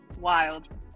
wild